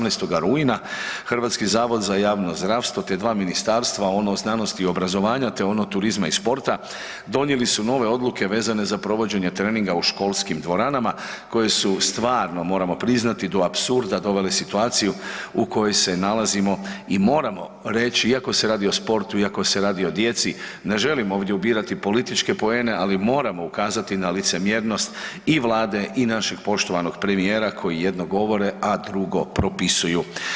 18. rujna HZJZ te dva ministarstva, ono znanosti i obrazovanja te ono turizma i sporta, donijeli su nove odluke vezane za provođenje treninga u školskim dvoranama koje su stvarno moramo priznati, do apsurda dovele situaciju u kojoj se nalazimo i moramo reći, iako se radi o sportu, iako se radi o djeci, ne želim ovdje ubirati političke poene ali moramo ukazati na licemjernost i Vlade i našeg poštovanog premijera koji jedno govore a drugo propisuju.